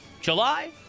July